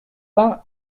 vingt